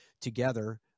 together